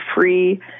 free